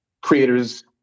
creators